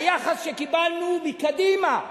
היחס שקיבלנו מקדימה,